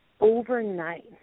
overnight